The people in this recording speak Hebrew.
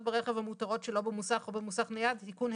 ברכב המותרות שלא במוסך או במוסך נייד)(תיקון),